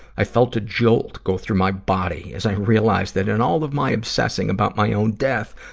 i felt a jolt go through my body, as i realized that in all of my obsessing about my own death,